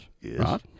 Yes